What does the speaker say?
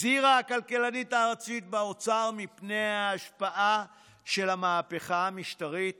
הזהירה הכלכלנית הראשית באוצר מפני ההשפעה של המהפכה המשטרית